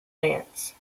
dance